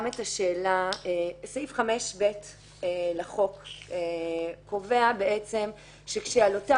סעיף 5(ב) לחוק קובע בעצם שכשעל אותה